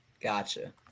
Gotcha